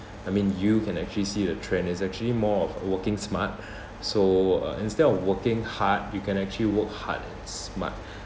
I mean you can actually see the trend it's actually more of working smart so uh instead of working hard you can actually work hard and smart